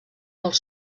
molt